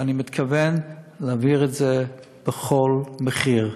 ואני מתכוון להעביר את זה בכל מחיר.